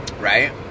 Right